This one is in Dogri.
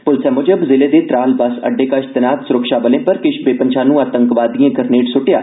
प्रलसै मूजब जिले दे त्राल बस अड्डे कश तैनात सुरक्षा बलें पर किश बेपंछानू आतंकवादिएं ग्रनेड सुट्टेआ